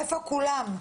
איפה כולם?